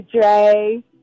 Dre